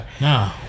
No